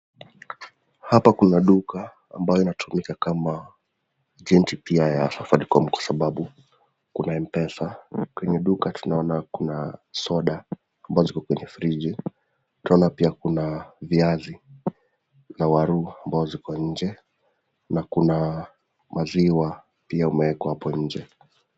Hapa kuna duka, ambayo inatumika kama agenti pia ya Safaricom, kwa sababu kuna mpesa, kwenye duka kuna soda ambazo ziko kwenye friji, na kuna waru ambazo ziko hapo nje, na kuna waru ambazo zimewekwa hapo nje.